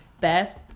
best